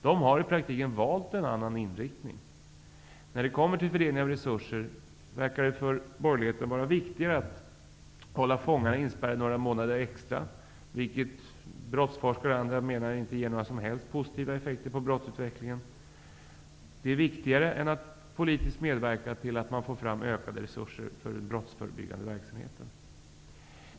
De har i praktiken valt en annan inriktning. När det kommer till fördelningen av resurser verkar det för borgerligheten vara viktigare att hålla fångarna inspärrade några månader extra, vilket brottsforskare och andra menar inte ger några som helst positiva effekter på brottsutvecklingen, än att politiskt medverka till att få fram ökade resurser för den brottsförebyggande verksamheten.